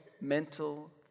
mental